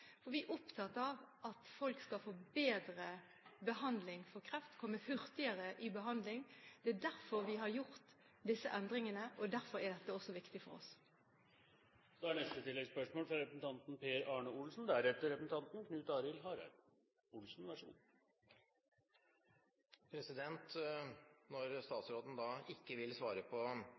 for vi er opptatt av at folk skal få bedre behandling for kreft, komme hurtigere i behandling. Det er derfor vi har gjort disse endringene, og derfor er dette også viktig for oss. Per Arne Olsen – til oppfølgingsspørsmål. Når statsråden ikke vil svare på representanten